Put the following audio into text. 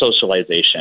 socialization